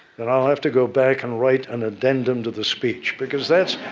then i'll have to go back and write an addendum to the speech. because that's,